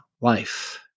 life